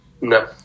No